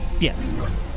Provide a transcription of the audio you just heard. yes